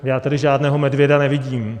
Já tady žádného medvěda nevidím.